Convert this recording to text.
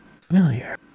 familiar